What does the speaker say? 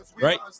right